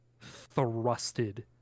thrusted